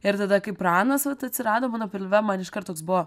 ir tada kai pranas vat atsirado mano pilve man iškart toks buvo